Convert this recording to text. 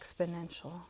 exponential